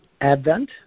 Advent